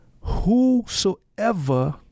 Whosoever